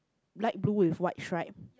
light blue with white stripe